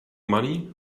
money